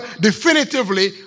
definitively